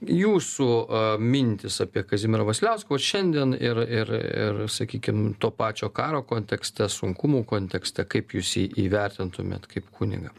jūsų mintys apie kazimierą vasiliauską vat šiandien ir ir ir sakykim to pačio karo kontekste sunkumų kontekste kaip jūs jį įvertintumėt kaip kunigą